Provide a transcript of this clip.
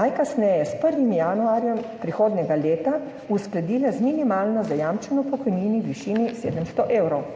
najkasneje s 1. januarjem prihodnjega leta uskladile z minimalno zajamčeno pokojnino v višini 700 evrov.